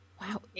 Wow